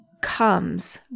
comes